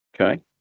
Okay